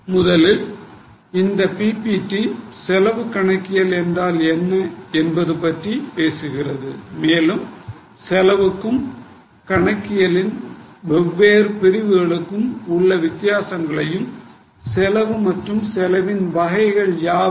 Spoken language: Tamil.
முதலில் இந்த PPT செலவு கணக்கியல் என்றால் என்ன என்பது பற்றிப் பேசுகிறது மேலும் கணக்கிடப்பட்ட பல்வேறு பிரிவுகளுக்கும் உள்ள வித்தியாசங்களையும் செலவு மற்றும் செலவின் வகைகள் யாவை